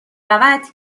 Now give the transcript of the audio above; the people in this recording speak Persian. روَد